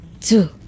Two